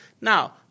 Now